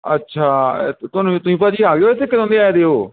ਅੱਛਾ ਤੁਹਾਨੂੰ ਤੁਸੀਂ ਭਾਅ ਜੀ ਆ ਗਏ ਇੱਥੇ ਕਦੋਂ ਦੇ ਆਏਦੇ ਹੋ